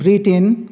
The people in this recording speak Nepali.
ब्रिटेन